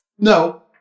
no